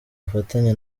bufatanye